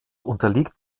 unterliegt